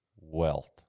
wealth